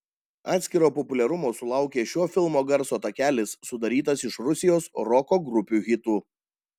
atskiro populiarumo sulaukė šio filmo garso takelis sudarytas iš rusijos roko grupių hitų